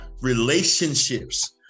relationships